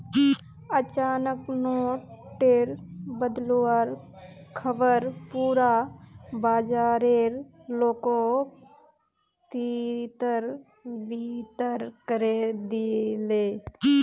अचानक नोट टेर बदलुवार ख़बर पुरा बाजारेर लोकोत तितर बितर करे दिलए